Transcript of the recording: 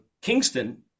kingston